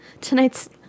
Tonight's